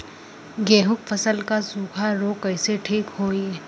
गेहूँक फसल क सूखा ऱोग कईसे ठीक होई?